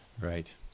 Right